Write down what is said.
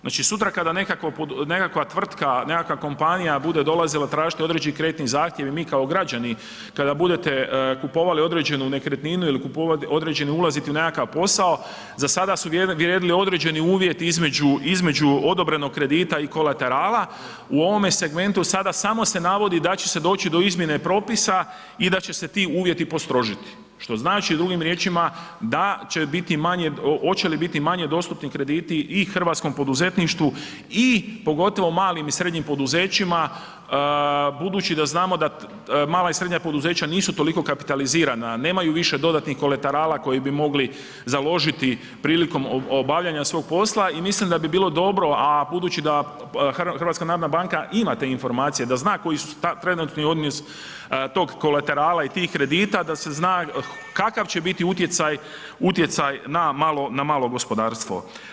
Znači sutra kada nekakva tvrtka, nekakva kompanija bude dolazila tražiti određeni kreditni zahtjev i mi kao građani, kada budete kupovali određenu nekretninu ili odlaziti u nekakav posao, za sada su vrijedili određeni uvjeti između odobrenog kredita i kolaterala, u ovome segmentu sada samo se navodi da će se doći do izmjene propisa i da će se ti uvjeti postrožiti što znači drugim riječima hoće li biti manje dostupni krediti i hrvatskom poduzetništvu i pogotovo malim i srednjim poduzećima budući da znamo da mala i srednja poduzeća nisu toliko kapitalizirana, nemaju više dodatnih kolaterala koji bi mogli založiti prilikom obavljanja svog posla i mislim da bi bilo dobro a budući da HNB ima te informacije, da zna koji je trenutni odnos tog kolaterala i tih kredita, da se zna kakav će biti utjecaj na malo gospodarstvo.